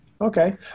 Okay